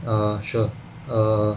err sure err